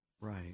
Right